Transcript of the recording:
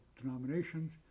denominations